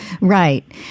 Right